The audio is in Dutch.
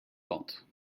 land